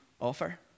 offer